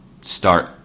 start